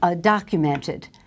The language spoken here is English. documented